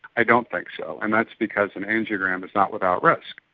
i don't think so, and that's because an angiogram is not without risk.